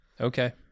okay